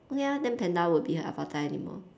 ya then panda won't be an avatar anymore